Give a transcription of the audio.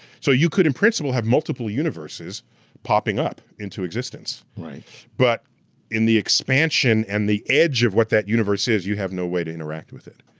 so you could, in principle, have multiple universes popping up into existence, but in the expansion and the edge of what that universe is, you have no way to interact with it.